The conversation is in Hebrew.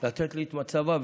לתת לי את מצבה.